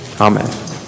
Amen